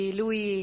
lui